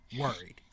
worried